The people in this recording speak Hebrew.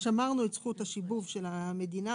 שמרנו את זכות השיבוב של המדינה.